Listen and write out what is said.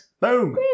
Boom